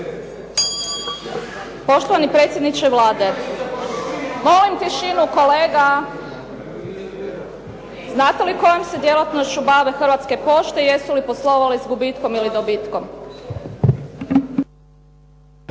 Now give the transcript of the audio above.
Poštovani predsjedniče Vlade, znate li kojom se djelatnošću bave Hrvatske pošte i jesu li poslovale s gubitkom ili dobitkom?